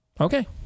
Okay